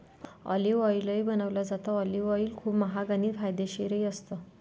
olive ऑईलही बनवलं जातं, ऑलिव्ह ऑईल खूप महाग आणि फायदेशीरही असतं